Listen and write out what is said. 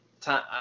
time